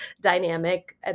dynamic